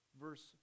verse